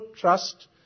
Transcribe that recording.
trust